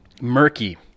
murky